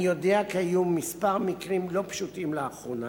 אני יודע כי היו כמה מקרים לא פשוטים לאחרונה,